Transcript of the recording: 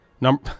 Number